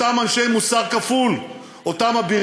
אותם אנשי מוסר כפול,